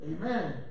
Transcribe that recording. Amen